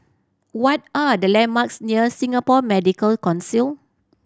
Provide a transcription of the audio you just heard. what are the landmarks near Singapore Medical Council